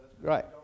Right